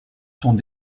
sont